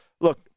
look